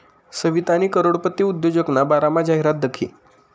सवितानी करोडपती उद्योजकना बारामा जाहिरात दखी